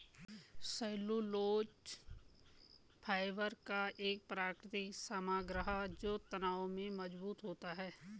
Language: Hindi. सेल्यूलोज फाइबर का एक प्राकृतिक समग्र जो तनाव में मजबूत होता है